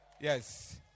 yes